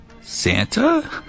Santa